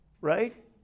right